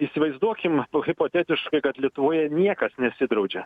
įsivaizduokim hipotetiškai kad lietuvoje niekas nesidraudžia